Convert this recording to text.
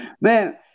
Man